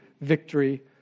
victory